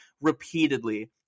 repeatedly